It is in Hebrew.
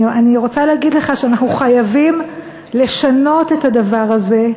אני רוצה להגיד לך שאנחנו חייבים לשנות את הדבר הזה,